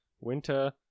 Winter